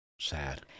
sad